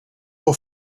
were